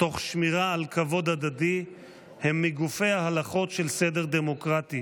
תוך שמירה על כבוד הדדי הם מגופי ההלכות של סדר דמוקרטי.